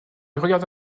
regarda